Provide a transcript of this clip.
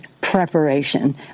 preparation